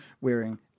wearing